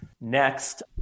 next